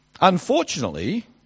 Unfortunately